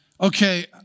okay